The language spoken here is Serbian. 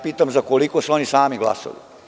Pitam – za koliko su oni sami glasali?